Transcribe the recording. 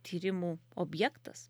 tyrimų objektas